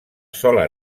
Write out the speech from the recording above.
sola